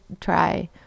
try